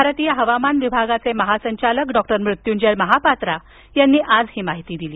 भारतीय हवामान विभागाचे महासंचालक डॉक्टर मृत्युंजय महापात्रा यांनी आज ही माहिती दिली